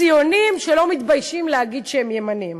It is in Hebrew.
ציונים שלא מתביישים להגיד שהם ימניים.